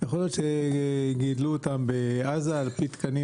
ויכול להיות שגידלו אותם בעזה על פי תקנים